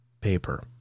paper